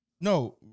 No